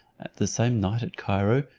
the same night at cairo,